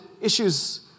issues